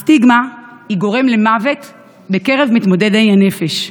הסטיגמה היא גורם למוות בקרב מתמודדי נפש.